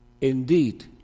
indeed